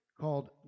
called